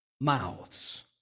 mouths